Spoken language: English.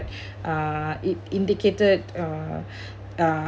uh it indicated uh uh